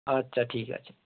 আচ্ছা ঠিক আছে